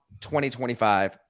2025